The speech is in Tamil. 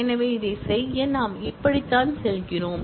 எனவே இதைச் செய்ய நாம் இப்படித்தான் செல்கிறோம்